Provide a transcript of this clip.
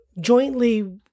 jointly